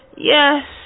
Yes